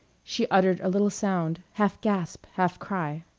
she uttered a little sound, half gasp, half cry.